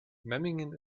memmingen